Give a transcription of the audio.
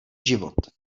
život